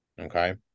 Okay